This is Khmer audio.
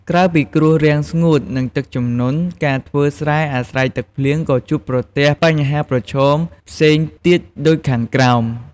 ក្រៅពីគ្រោះរាំងស្ងួត និងទឹកជំនន់ ការធ្វើស្រែអាស្រ័យទឹកភ្លៀងក៏ជួបប្រទះបញ្ហាប្រឈមផ្សេងទៀតដូចខាងក្រោម។